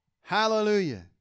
Hallelujah